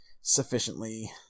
sufficiently